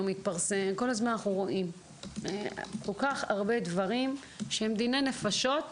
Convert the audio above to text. כל הזמן אנחנו רואים כל-כך הרבה דברים שהם דיני נפשות.